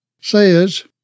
says